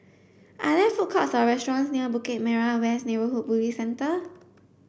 are there food courts or restaurants near Bukit Merah West Neighbourhood Police Centre